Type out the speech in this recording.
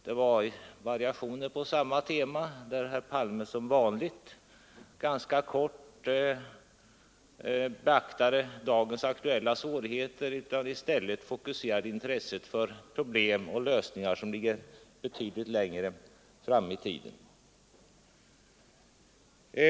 Det var variationer på samma tema, där herr Palme som vanligt ganska kort beaktade dagens aktuella svårigheter och i stället fokuserade intresset till problem och lösningar som ligger betydligt längre fram i tiden.